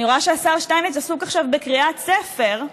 אני רואה שהשר שטייניץ עסוק עכשיו בקריאת ספר,